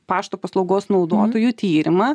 pašto paslaugos naudotojų tyrimą